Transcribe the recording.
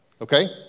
Okay